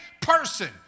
person